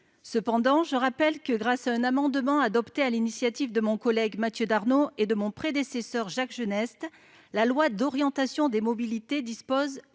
indispensables. Je rappelle que, grâce à un amendement adopté sur l'initiative de mon collègue Mathieu Darnaud et de mon prédécesseur Jacques Genest, la loi d'orientation des mobilités dispose